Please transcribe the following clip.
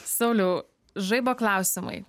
sauliau žaibo klausimai